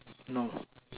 no